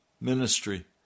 ministry